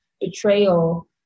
betrayal